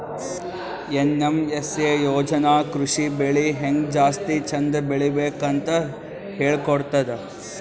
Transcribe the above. NMSA ಯೋಜನಾ ಕೃಷಿ ಬೆಳಿ ಹೆಂಗ್ ಜಾಸ್ತಿ ಚಂದ್ ಬೆಳಿಬೇಕ್ ಅಂತ್ ಹೇಳ್ಕೊಡ್ತದ್